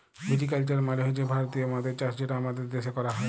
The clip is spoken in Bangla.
ভিটি কালচার মালে হছে ভারতীয় মদের চাষ যেটা আমাদের দ্যাশে ক্যরা হ্যয়